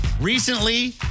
Recently